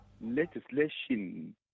legislation